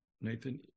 Nathan